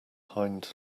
hind